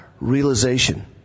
realization